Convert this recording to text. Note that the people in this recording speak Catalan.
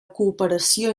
cooperació